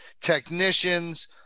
technicians